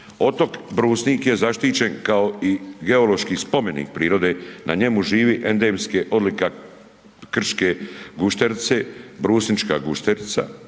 Otok Brusnik je zaštićen kao i geološki spomenik prirode. Na njemu žive endemske odlikaške gušterice Brusnička gušterica.